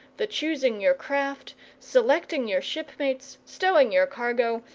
the choosing your craft, selecting your shipmates, stowing your cargo,